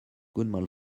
goodman